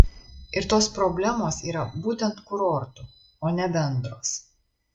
ir tos problemos yra būtent kurortų o ne bendros